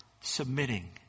submitting